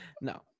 no